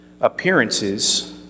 Appearances